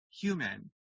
human